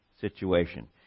situation